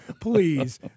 please